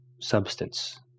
substance